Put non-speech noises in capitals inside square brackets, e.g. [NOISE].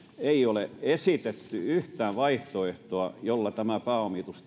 ei ole esitetty yhtään vaihtoehtoa jolla tämä pääomitus [UNINTELLIGIBLE]